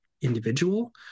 individual